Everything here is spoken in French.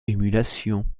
émulation